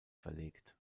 verlegt